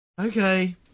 Okay